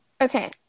okay